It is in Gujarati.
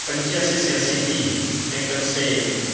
પંચ્યાસી સેસીયાસી કંઈક અંશે